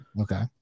okay